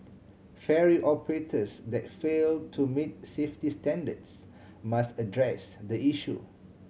ferry operators that fail to meet safety standards must address the issue